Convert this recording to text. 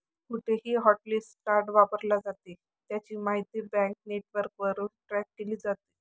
कुठेही hotlist card वापरले जाते, त्याची माहिती बँक नेटवर्कवरून ट्रॅक केली जाते